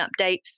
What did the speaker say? updates